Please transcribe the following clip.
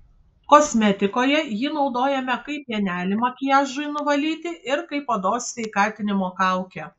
kosmetikoje jį naudojame kaip pienelį makiažui nuvalyti ir kaip odos sveikatinimo kaukę